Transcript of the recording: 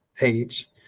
age